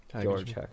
George